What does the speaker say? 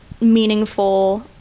meaningful